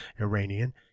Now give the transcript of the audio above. Iranian